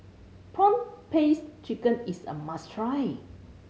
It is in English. prawn paste chicken is a must try